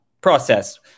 process